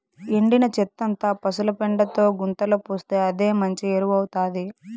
ఎండిన చెత్తంతా పశుల పెండతో గుంతలో పోస్తే అదే మంచి ఎరువౌతాది